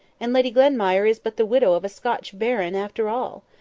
and lady glenmire is but the widow of a scotch baron after all!